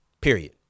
Period